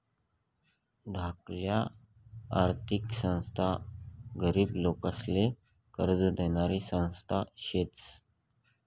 धाकल्या आर्थिक संस्था गरीब लोकेसले कर्ज देनाऱ्या संस्था शेतस